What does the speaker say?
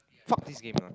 fuck this game lah